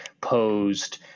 posed